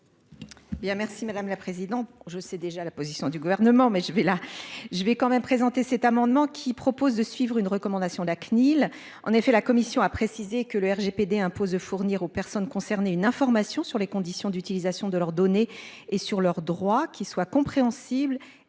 merci madame la présidente, je sais déjà la position du gouvernement mais je vais la je vais quand même présenté cet amendement qui propose de suivre une recommandation de la CNIL. En effet, la Commission a précisé que le RGPD impose de fournir aux personnes concernées une information sur les conditions d'utilisation de leurs données et sur leur droit qui soit compréhensible aisément